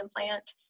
implant